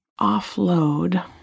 offload